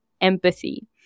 empathy